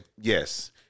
yes